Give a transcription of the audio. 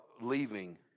leaving